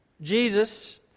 Jesus